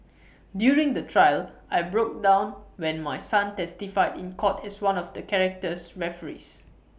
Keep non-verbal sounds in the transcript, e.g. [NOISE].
[NOISE] during the trial I broke down when my son testified in court as one of the character referees